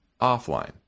offline